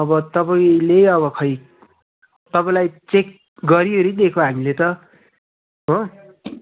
अब तपाईँले अब खै तपाईँलाई चेक गरीओरी दिएको हामीले त हो